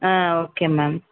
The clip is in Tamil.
ah okay ma'am